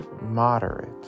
moderate